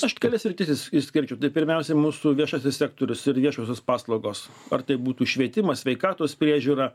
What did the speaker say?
aš kelias sritis išskirčiau tai pirmiausiai mūsų viešasis sektorius ir viešosios paslaugos ar tai būtų švietimas sveikatos priežiūra